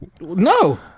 no